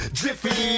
jiffy